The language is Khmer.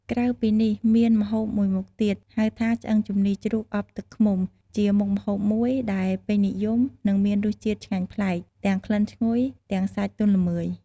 ក្រៅពីនេះមានម្ហូបមួយមុខទៀតហៅថា ឆ្អឹងជំនីជ្រូកអប់ទឹកឃ្មុំ ជាមុខម្ហូបមួយដែលពេញនិយមនិងមានរសជាតិឆ្ងាញ់ប្លែក ទាំងក្លិនឈ្ងុយ ទាំងសាច់ទន់ល្មើយ។